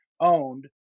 owned